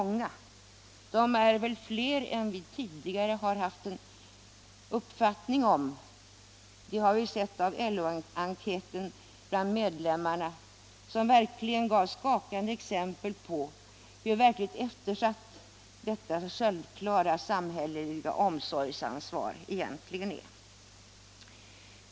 De är väl fler än vi tidigare har haft en uppfattning om. LO-enkäten bland medlemmarna gav skakande exempel på hur verkligt eftersatt detta självklara samhälleliga omsorgsansvar egentligen är.